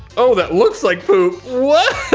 oh that looks like poop what?